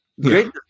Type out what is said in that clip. great